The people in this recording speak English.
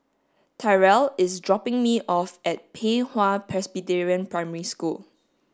Tyrell is dropping me off at Pei Hwa Presbyterian Primary School